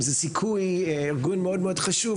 זה ארגון מאוד חשוב,